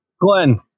Glenn